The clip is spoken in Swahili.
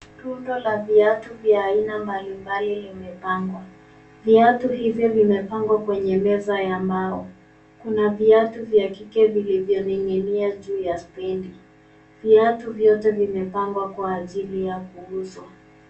Rundo la viatu vya aina mbalimbali limepangwa. Viatu hivi vimepangwa kwenye meza ya mbao. Kuna viatu vya kike vilivyoning'inia juu ya stendi. Viatu vyote vimepangwa kwa ajili ya kuuzwa.